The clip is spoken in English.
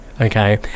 Okay